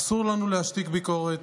אסור לנו להשתיק ביקורת,